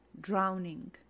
drowning